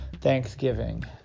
Thanksgiving